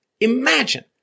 imagine